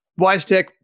WiseTech